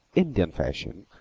indian fashion,